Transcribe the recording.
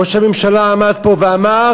ראש הממשלה עמד פה ואמר: